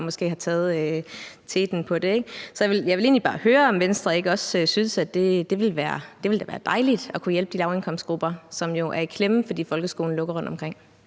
for at få det til at ske. Så jeg vil egentlig bare høre, om Venstre ikke også synes, det ville være dejligt at kunne hjælpe de personer fra lavindkomstgruppen, som jo er i klemme, fordi folkeskolerne lukker rundtomkring.